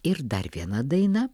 ir dar viena daina